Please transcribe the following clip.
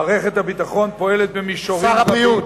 מערכת הביטחון פועלת במישורים רבים, שר הבריאות.